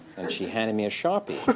and she handed me a sharpie.